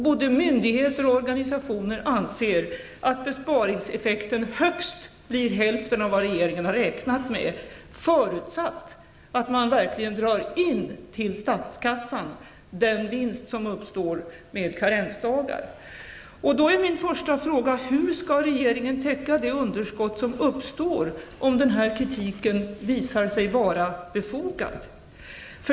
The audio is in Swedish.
Både myndigheter och organisationer anser att besparingseffekten blir högst hälften av vad regeringen har räknat med, förutsatt att den vinst som uppstår med karensdagar verkligen dras in till statskassan. Då är min första fråga: Hur skall regeringen täcka det underskott som uppstår om kritiken visar sig vara befogad?